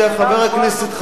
חבר הכנסת חסון,